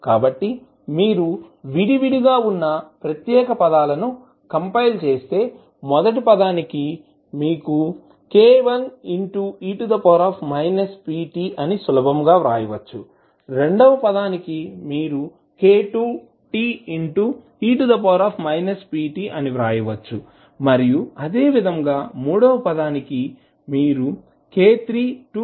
కాబట్టి మీరు విడి విడి గా వున్నా ప్రత్యేక పదాలను కంపైల్ చేస్తే మొదటి పదానికి మీరు k1e pt అని సులభంగా వ్రాయవచ్చు రెండవ పదానికి మీరుk2t e pt అని వ్రాయవచ్చు మరియు అదేవిధంగా మూడవ పదానికి మీరు k32